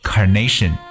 Carnation